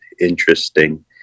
interesting